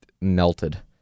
melted